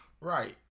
right